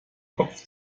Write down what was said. kopf